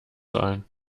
sein